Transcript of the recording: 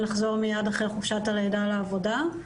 לחזור מייד אחרי חופשת הלידה לעבודה,